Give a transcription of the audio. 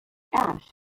ash